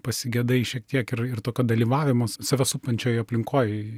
pasigedai šiek tiek ir ir tokio dalyvavimo save supančioj aplinkoj